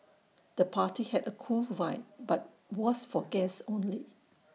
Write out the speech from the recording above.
the party had A cool vibe but was for guests only